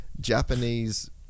Japanese